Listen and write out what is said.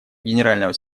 генерального